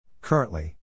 Currently